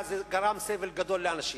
זה גרם סבל גדול לאנשים.